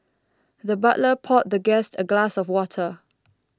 the butler poured the guest a glass of water